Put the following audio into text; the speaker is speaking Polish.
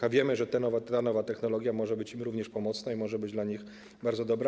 A wiemy, że ta nowa technologia może być im również pomocna i może być dla nich bardzo dobra.